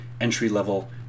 entry-level